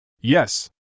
Yes